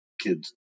kids